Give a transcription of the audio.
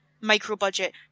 micro-budget